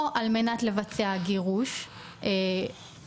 או על מנת לבצע גירוש מהארץ,